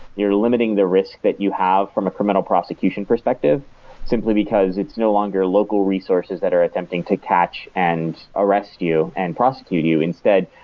you're limiting the risk that you have from criminal prosecution perspective simply because it's no longer local resources that are attempting to catch and arrest you and prosecute you. instead,